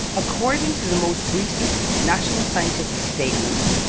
according to the most recent national scientific statement,